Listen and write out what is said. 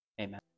Amen